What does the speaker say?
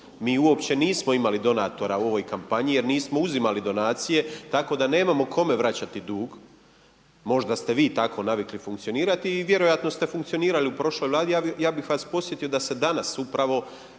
Mi uopće nismo imali donatora u ovoj kampanji jer nismo uzimali donacije tako da nemamo kome vraćati dug. Možda ste vi tako navikli funkcionirati i vjerojatno ste funkcionirali u prošloj Vladi, ja bih vas podsjetio da se danas upravo